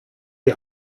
die